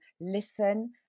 listen